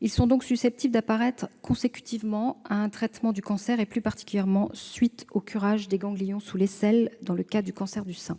Ils sont donc susceptibles d'apparaître consécutivement à un traitement du cancer, et plus particulièrement à la suite du curage des ganglions sous l'aisselle, dans le cas du cancer du sein.